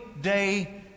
day